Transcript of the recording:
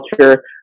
culture